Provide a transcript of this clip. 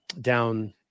down